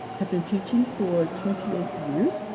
have been teaching for twenty eight years.